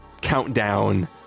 countdown